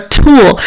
tool